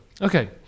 Okay